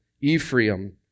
Ephraim